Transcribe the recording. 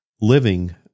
living